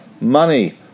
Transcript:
Money